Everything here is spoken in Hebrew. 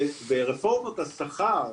ורפורמת השכר,